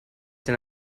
denn